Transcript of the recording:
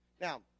now